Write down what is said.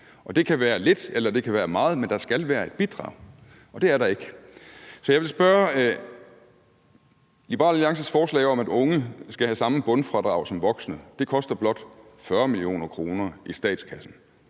det kan være meget, men der skal være et bidrag – og det er der ikke. Så jeg vil spørge, om Liberal Alliances forslag om, at unge skal have samme bundfradrag som voksne – det koster blot 40 mio. kr. i statskassen